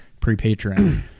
pre-Patreon